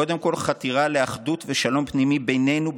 קודם כול חתירה לאחדות ושלום פנימי בינינו,